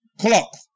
Clock